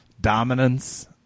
dominance